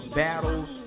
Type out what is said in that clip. battles